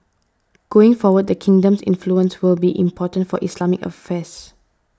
going forward the kingdom's influence will be important for Islamic affairs